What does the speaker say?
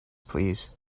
please